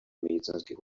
медицинских